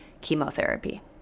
chemotherapy